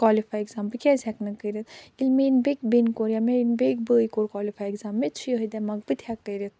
کالِفے exam بہٕ کیٚازِ ہٮ۪کہٕ نہٕ کٔرِتھ ییٚلہِ میٛانہِ بیٚنہِ کوٚر یا بیٚکہِ بٲے کوٚر کالِفے ایٚگزام مےٚ تہِ چھُ یہَے دٮ۪ماغ بہٕ تہِ ہٮ۪کہٕ کٔرِتھ